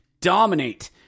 dominate